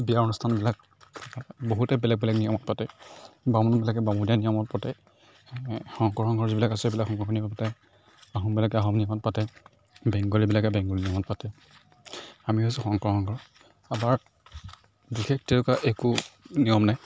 বিয়াৰ অনুষ্ঠানবিলাক বহুতেই বেলেগ বেলেগ নিয়মত পাতে বামুণবিলাকে বামুণীয়া নিয়মত পাতে শংকৰ সংঘৰ যিবিলাক আছে সেইবিলাক শংকৰীয় পাতে আহোমবিলাকে আহোম নিয়মত পাতে বেংগলীবিলাকে বেংগলী নিয়মত পাতে আমি হৈছোঁ শংকৰ সংঘৰ আমাৰ বিশেষ তেনেকুৱা একো নিয়ম নাই